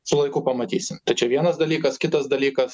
su laiku pamatysim tai čia vienas dalykas kitas dalykas